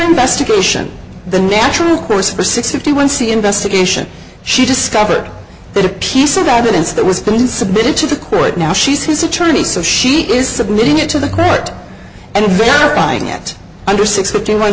investigation the natural course for six fifty one c investigation she discovered that a piece of evidence that was then submitted to the court now she's his attorney so she is submitting it to the credit and verifying it under six fifty one